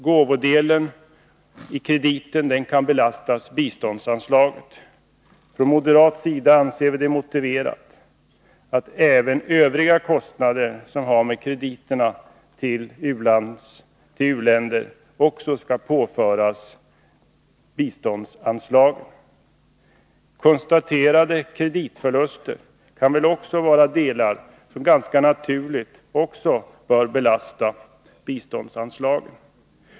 Gåvodelen i krediten kan belastas bistånds anslaget. Från moderat sida anser vi det motiverat att även övriga kostnader som har med krediterna till u-länder att göra påförs biståndsanslagen. Konstaterade kreditförluster är också sådant som ganska naturligt bör belasta biståndsanslagen.